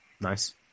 Nice